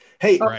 hey